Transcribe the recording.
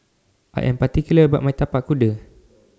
I Am particular about My Tapak Kuda